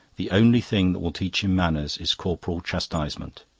the only thing that will teach him manners is corporal chastisement